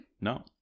No